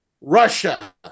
Russia